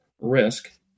risk